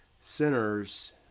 sinners